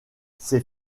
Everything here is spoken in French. ces